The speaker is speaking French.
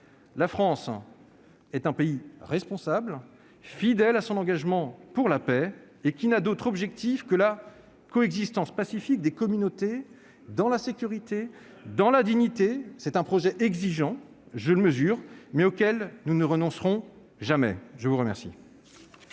La France est un pays responsable et fidèle à son engagement pour la paix, et qui n'a d'autre objectif que la coexistence pacifique des communautés dans la sécurité et la dignité. C'est un projet exigeant, je le mesure, mais auquel nous ne renoncerons jamais ! Quelle